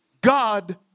God